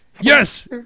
Yes